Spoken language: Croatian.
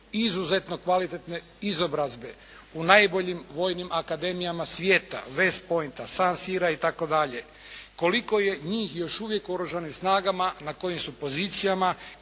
izuzetno kvalitetne izobrazbe u najboljim vojnim akademijama svijeta West Pointu, San Sierra itd. Koliko je njih još uvijek u Oružanim snagama, na kojim su pozicijama,